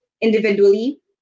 individually